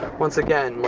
once again,